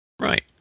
Right